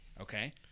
okay